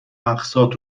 اقساط